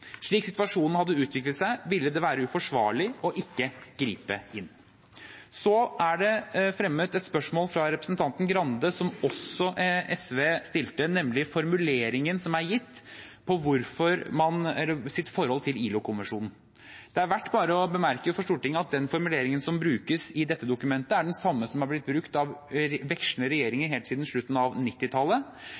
Slik situasjonen hadde utviklet seg, ville det være uforsvarlig å ikke gripe inn. Så er det fremmet et spørsmål fra representanten Grande, som også SV stilte, nemlig formuleringen som er gitt hva angår forholdet til ILO-konvensjonen. Det er verdt bare å bemerke overfor Stortinget at den formuleringen som brukes i dette dokumentet, er den samme som har blitt brukt av vekslende regjeringer helt siden slutten av